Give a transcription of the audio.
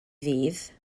ddydd